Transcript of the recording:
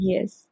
Yes